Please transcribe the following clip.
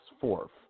fourth